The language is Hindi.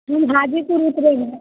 हम हाजीपुर उतरेंगे